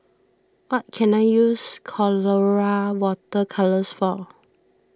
what can I use Colora Water Colours for